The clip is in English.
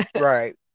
right